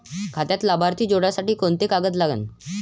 खात्यात लाभार्थी जोडासाठी कोंते कागद लागन?